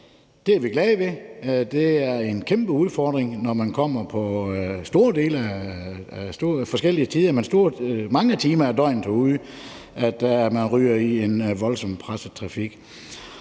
Det er vi glade for. Det er en kæmpe udfordring, når man kommer der mange timer af døgnet og havner i den voldsomt pressede trafik.